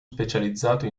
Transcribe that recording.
specializzato